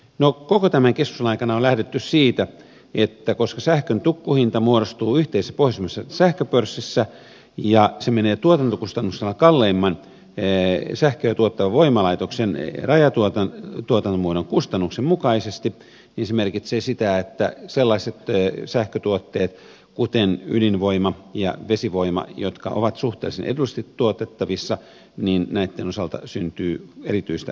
no koko tämän keskustelun aikana on lähdetty siitä että koska sähkön tukkuhinta muodostuu yhteisessä pohjoismaisessa sähköpörssissä ja se menee tuotantokustannuksena kalleimman sähköä tuottavan voimalaitoksen rajatuotantomuodon kustannuksen mukaisesti niin se merkitsee sitä että sellaisten sähkötuotteiden osalta kuten ydinvoima ja vesivoima jotka ovat suhteellisen edullisesti tuotettavissa syntyy erityistä voittoa